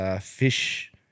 fish